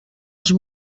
els